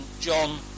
John